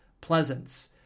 Pleasance